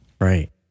right